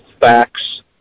facts